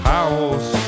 House